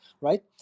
right